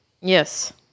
Yes